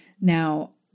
Now